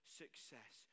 success